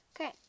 Okay